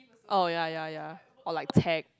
oh ya ya ya or like tag